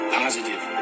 positive